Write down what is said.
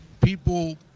people